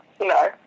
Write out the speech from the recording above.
No